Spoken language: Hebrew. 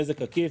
נזק עקיף,